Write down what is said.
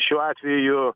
šiuo atveju